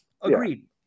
agreed